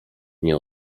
nie